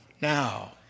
Now